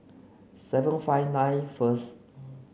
seven five nine first